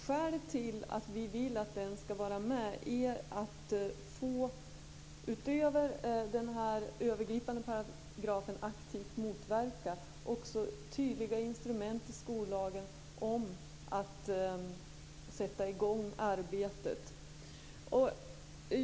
Skälet till att vi vill att den skall vara med är att vi, utöver den övergripande paragrafen om att aktivt motverka, vill få tydliga instrument i skollagen att sätta i gång arbetet.